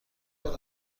باید